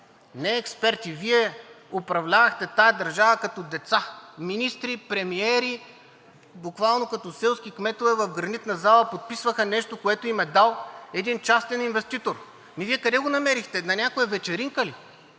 не експерти, Вие управлявахте тази държава като деца – министри, премиери, буквално като селски кметове в Гранитната зала подписваха нещо, което им е дал един частен инвеститор?! Ами Вие къде го намерихте – на някоя вечеринка ли?